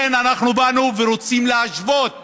אנחנו רוצים להשוות